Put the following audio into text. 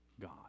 God